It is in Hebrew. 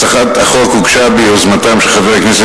הצעת החוק הוגשה ביוזמתם של חבר הכנסת